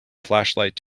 flashlight